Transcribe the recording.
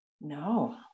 no